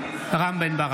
(קורא בשמות חברי הכנסת) רם בן ברק,